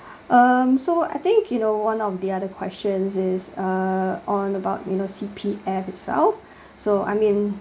uh so I think you know one of the other questions is uh on about you know C_P_F itself so I mean